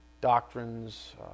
doctrines